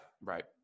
right